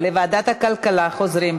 לוועדת הכלכלה, חוזרים.